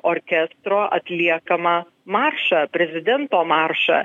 orkestro atliekamą maršą prezidento maršą